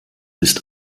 ist